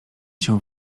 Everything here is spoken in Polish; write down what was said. się